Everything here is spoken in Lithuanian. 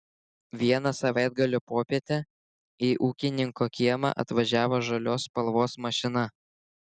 vieną savaitgalio popietę į ūkininko kiemą atvažiavo žalios spalvos mašina